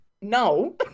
no